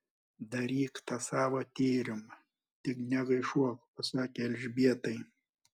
daryk tą savo tyrimą tik negaišuok pasakė elžbietai